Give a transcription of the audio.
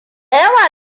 yawa